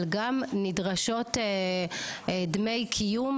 אבל גם נדרשות דמי קיום,